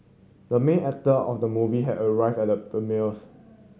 the main actor of the movie has arrived at the premiere